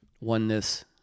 Oneness